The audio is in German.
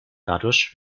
dadurch